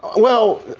well,